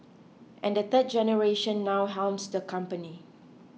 and the third generation now helms the company